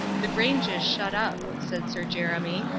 the grange is shut up, said sir jeremy,